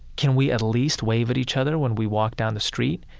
can we at least wave at each other when we walk down the street?